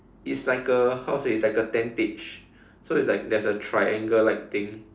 it's like a how to say it's like a tentage so there's like there's a triangle like thing